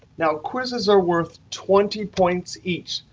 now, quizzes are worth twenty points each.